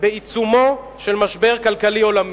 בעיצומו של משבר כלכלי עולמי.